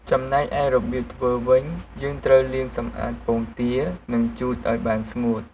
ចំណែកឯរបៀបធ្វើវិញ យើងត្រូវលាងសម្អាតពងទា និងជូតឱ្យបានស្ងួត ។